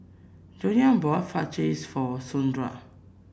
Joanie bought Fajitas for Sondra